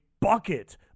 bucket